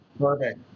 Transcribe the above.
Perfect